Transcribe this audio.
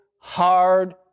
hard